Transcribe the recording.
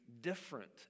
different